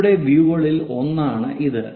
നിങ്ങളുടെ വ്യൂകളിൽ ഒന്നാണ് ഇത്